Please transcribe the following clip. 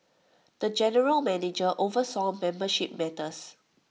the general manager oversaw membership matters